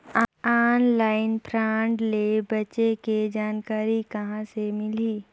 Online fraud ले बचे के जानकारी कहां ले मिलही?